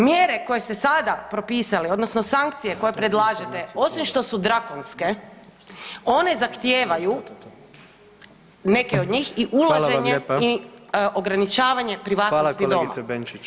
Mjere koje ste sada propisali odnosno sankcije koje predlažete, osim što su drakonske one zahtijevaju, neke od njih [[Upadica: Hvala vam lijepa]] i ulaženje i ograničavanje [[Upadica: Hvala kolegice Benčić]] privatnosti doma.